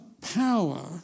power